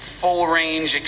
full-range